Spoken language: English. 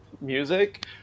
music